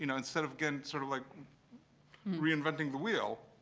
you know instead of, again, sort of like reinventing the wheel,